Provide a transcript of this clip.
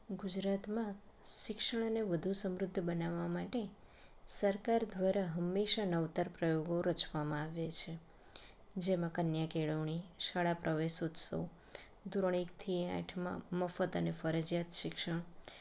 ગુજરાતમાં શિક્ષણ અને વધુ સમૃદ્ધ બનાવવા માટે સરકાર દ્વારા હંમેશાં નવતર પ્રયોગો રચવામાં આવે છે જેમાં કન્યા કેળવણી શાળા પ્રવેશોત્સવ ધોરણ એકથી આઠમાં મફત અને ફરજિયાત શિક્ષણ